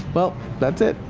well, that's it.